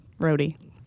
roadie